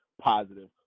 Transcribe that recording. positive